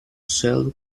celo